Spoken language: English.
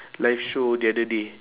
live show the other day